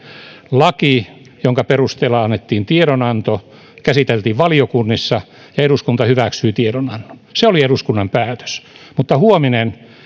laki jonka perusteella annettiin tiedonanto käsiteltiin valiokunnissa ja eduskunta hyväksyi tiedonannon se oli eduskunnan päätös mutta huominen